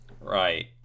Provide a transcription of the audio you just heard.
Right